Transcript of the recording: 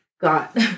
got